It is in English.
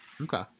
Okay